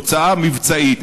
תוצאה מבצעית.